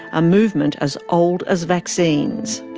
a movement as old as vaccines.